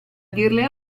dirle